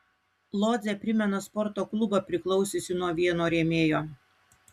lodzė primena sporto klubą priklausiusį nuo vieno rėmėjo